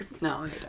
No